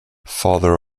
father